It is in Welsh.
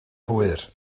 hwyr